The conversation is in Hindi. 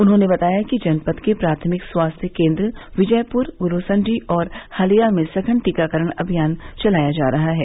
उन्होंने बताया कि जनपद के प्राथमिक स्वास्थ्य केन्द्र विजयपुर गुरूसण्डी और हलिया में सघन टीकाकरण अभियान चलाया जा रहा है